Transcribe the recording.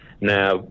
Now